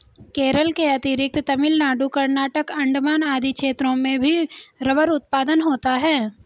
केरल के अतिरिक्त तमिलनाडु, कर्नाटक, अण्डमान आदि क्षेत्रों में भी रबर उत्पादन होता है